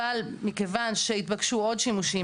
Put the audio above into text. אבל מכיוון שהתבקשו עוד שימושים,